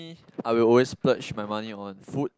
I will always splurge my money on food